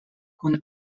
kun